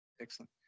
Excellent